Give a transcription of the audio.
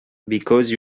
because